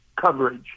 coverage